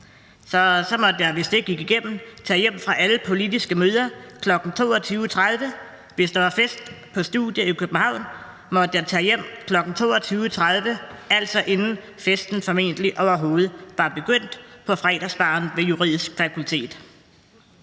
Så måtte jeg, hvis det gik igennem, tage hjem fra alle politiske møder kl. 22.30, og hvis der var fest på studiet i København, måtte jeg tage hjem kl. 22.30, altså inden festen formentlig overhovedet var begyndt på fredagsbaren ved Det Juridiske Fakultet.